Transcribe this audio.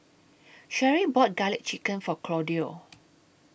Sherri bought Garlic Chicken For Claudio